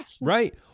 Right